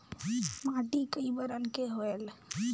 माटी कई बरन के होयल?